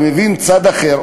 ומבין צד אחר,